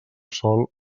sòl